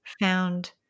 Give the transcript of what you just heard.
found